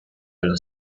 los